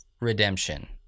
Redemption